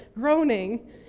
groaning